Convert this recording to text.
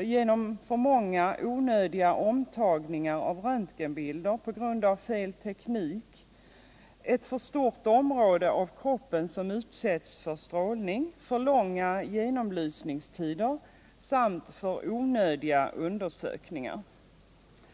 genom många onödiga omtagningar av röntgenbilder på grund av fel teknik, genom att ett för stort område av kroppen utsätts för strålning, genom för långa genomlysningstider samt genom onödiga undersökningar.